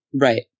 Right